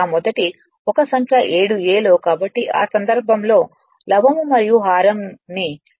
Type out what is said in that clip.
ఆ మొదటి ఒక సంఖ్య 7 a లో కాబట్టి ఆ సందర్భంలో లవం మరియు హారం ని a